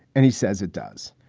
and he says it does.